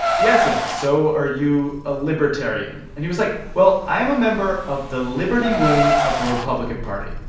we asked him, so are you a libertarian? and he was like, well, i am a member of the liberty wing of the republican party.